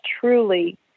truly